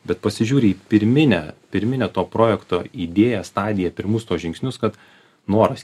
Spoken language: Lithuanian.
bet pasižiūri į pirminę pirminę to projekto idėją stadiją pirmus tuos žingsnius kad noras